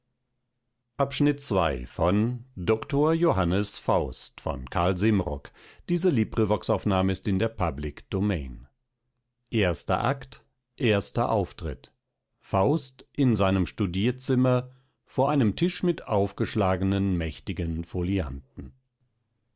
erster auftritt faust in seinem studierzimmer vor einem tisch mit aufgeschlagenen mächtigen